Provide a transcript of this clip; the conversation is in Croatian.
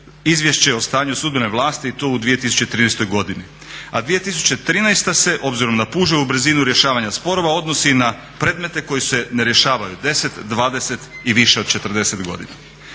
izvješće o stanju sudbene vlasti i to u 2013. godini, a 2013. se obzirom na puževu brzinu rješavanja sporova odnosi na predmete koji se ne rješavaju 10, 20 i više od 40 godina.